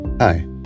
Hi